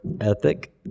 ethic